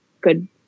good